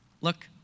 Look